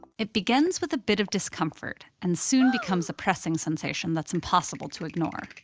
it begins with a bit of discomfort and soon becomes a pressing sensation that's impossible to ignore.